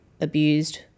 abused